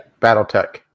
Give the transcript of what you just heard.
Battletech